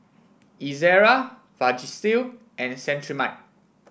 Ezerra Vagisil and Cetrimide